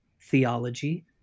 theology